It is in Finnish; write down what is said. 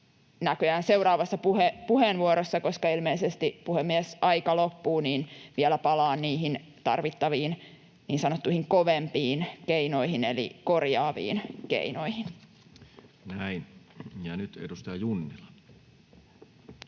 näköjään seuraavassa puheenvuorossa, koska ilmeisesti, puhemies, aika loppuu, vielä palaan niihin tarvittaviin niin sanottuihin kovempiin keinoihin eli korjaaviin keinoihin. Näin. — Ja nyt edustaja Junnila.